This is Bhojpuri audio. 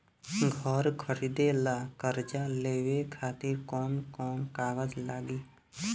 घर खरीदे ला कर्जा लेवे खातिर कौन कौन कागज लागी?